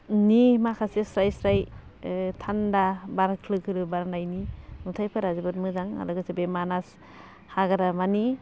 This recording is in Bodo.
नि माखासे स्राय स्राय थान्दा बार खोलो खोलो बारनायनि नुथायफोरा जोबोद मोजां आरो लोगोसे बे मानास हाग्रामानि